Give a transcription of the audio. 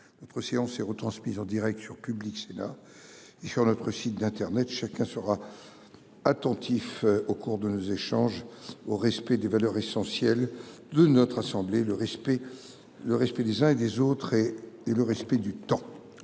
Notre séance et retransmise en Direct sur Public Sénat et sur notre site d'Internet chacun sera. Attentif au cours de nos échanges, au respect des valeurs essentielles de notre assemblée le respect. Le respect des uns et des autres et et le respect du temps.